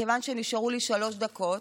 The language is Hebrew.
מכיוון שנשארו לי שלוש דקות,